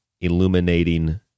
illuminating